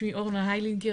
שמי אורנה היילינגר,